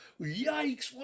Yikes